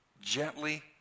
gently